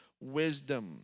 wisdom